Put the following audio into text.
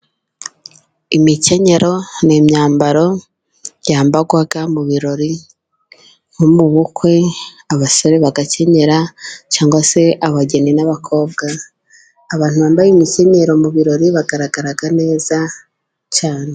Imikenyero ni imyambaro yambarwa mu birori nko mu bukwe, abasore bagakenyera cyangwa se abageni n'abakobwa, abantu bambaye imikenyero mu birori bagaragara neza cyane.